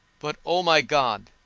but, o my god,